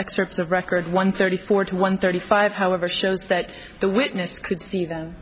excerpts of record one thirty forty one thirty five however shows that the witness could see the